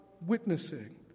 witnessing